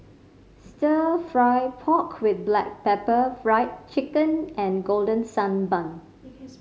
Stir Fry pork with black pepper Fried Chicken and Golden Sand Bun